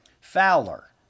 Fowler